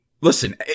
listen